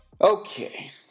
Okay